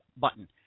button